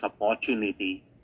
opportunity